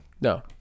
No